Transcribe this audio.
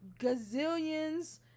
gazillions